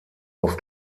auf